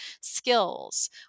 skills